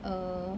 err